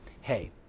hey